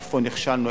איפה נכשלנו,